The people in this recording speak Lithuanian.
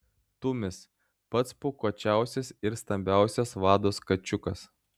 tumis pats pūkuočiausias ir stambiausias vados kačiukas